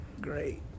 Great